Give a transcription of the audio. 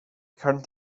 current